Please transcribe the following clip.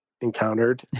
encountered